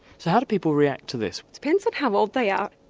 so how do people react to this? it depends on how old they are.